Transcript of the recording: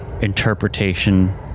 interpretation